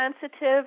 sensitive